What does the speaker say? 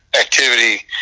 activity